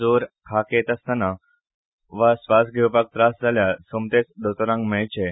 जोर खांक येता आसत वा स्वास घेवपाक त्रास जाल्यार सोमतेच दोतोराक मेळचें